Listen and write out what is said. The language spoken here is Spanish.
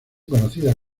conocida